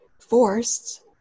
forced